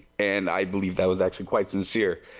and, i believe that was actually quite sincere.